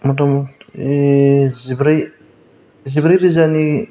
मथा मथि जिब्रै जिब्रै रोजानि